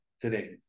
today